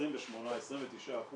ה-28%-29%